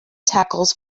tackles